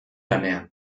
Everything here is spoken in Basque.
lanean